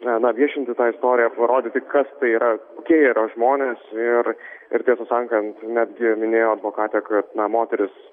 na na viešinti tą istoriją parodyti kas tai yra kokie jie yra žmonės ir ir tiesą sakant netgi minėjo advokatė kad na moteris